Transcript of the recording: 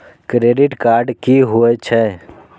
Credit card की होय छै?